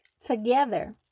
together